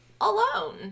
alone